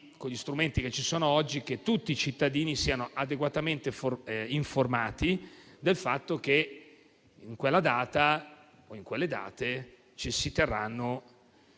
con gli strumenti che ci sono oggi, che tutti i cittadini siano adeguatamente informati del fatto che in quelle date si terranno